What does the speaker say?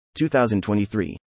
2023